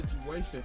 situation